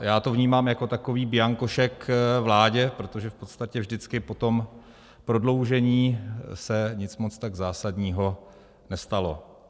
Já to vnímám jako takový bianko šek vládě, protože v podstatě vždycky po tom prodloužení se nic moc tak zásadního nestalo.